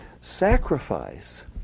sacrifice